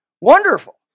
Wonderful